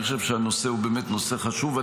אני חושב שהנושא באמת חשוב.